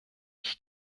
ich